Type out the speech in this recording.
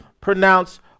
pronounced